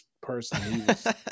person